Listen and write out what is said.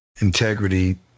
Integrity